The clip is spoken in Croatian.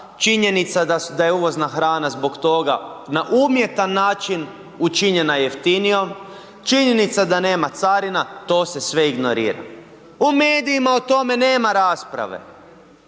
činjenica da je uvozna hrana zbog toga na umjetan način učinjena jeftinijom, činjenica da nema carina, to se sve ignorira. U medijima o tome nema rasprave.